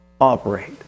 operate